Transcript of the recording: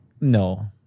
No